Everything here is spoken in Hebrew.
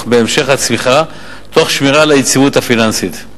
בהמשך הצמיחה תוך שמירה על היציבות הפיננסית.